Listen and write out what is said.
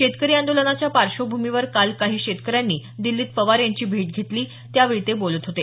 शेतकरी आंदोलनाच्या पार्श्वभूमीवर काल काही शेतकऱ्यांनी दिल्लीत पवार यांची भेट घेतली त्यावेळी ते बोलत होते